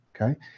okay